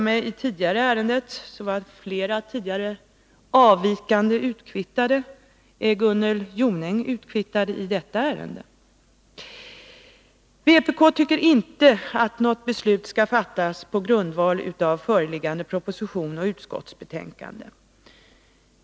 I det förra ärendet var flera tidigare avvikande utkvittade. Är Gunnel Jonäng utkvittad i detta ärende? Vpk tycker inte att något beslut skall fattas på grundval av föreliggande proposition och utskottsbetänkande.